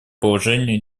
положению